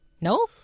No